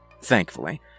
Thankfully